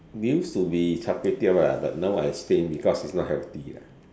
used to be Char-Kway-Teow lah but now I abstain because it's not healthy lah